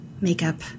makeup